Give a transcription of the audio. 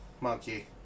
monkey